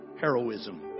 heroism